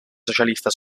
socialista